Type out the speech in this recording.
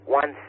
one